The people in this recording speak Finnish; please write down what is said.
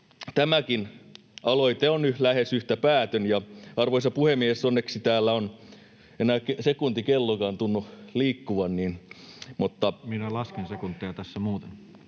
tämäkin aloite on nyt lähes yhtä päätön. Arvoisa puhemies! Onneksi täällä enää ei sekuntikellokaan tunnu liikkuvan, mutta... [Tuomas Kettunen: